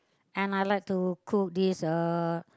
and I like to cook this uh